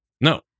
No